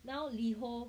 now Liho